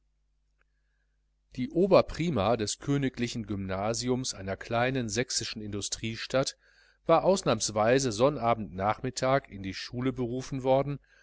die oberprima des königlichen gymnasiums einer kleinen sächsischen industriestadt war ausnahmsweise sonnabend nachmittag in die schule berufen worden